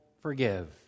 Forgive